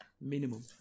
minimum